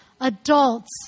adults